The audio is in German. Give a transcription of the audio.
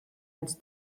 als